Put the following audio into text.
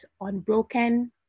unbroken